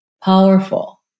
powerful